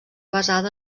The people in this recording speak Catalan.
basada